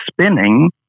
spinning